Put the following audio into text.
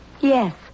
Yes